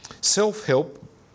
self-help